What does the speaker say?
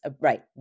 right